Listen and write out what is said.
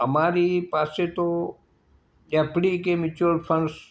અમારી પાસે તો એફ ડી કે મ્યુચઅલ ફંડ્સ